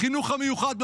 החינוך המיוחד במשבר,